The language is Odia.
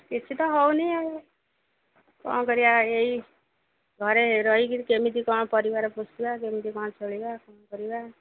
କିଛି ତ ହଉନି ଆଉ କ'ଣ କରିବା ଏଇ ଘରେ ରହିକି କେମିତି କ'ଣ ପରିବାର ପୋଷିବା କେମିତି କ'ଣ ଚଳିବା କ'ଣ କରିବା